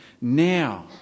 Now